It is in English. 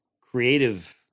creative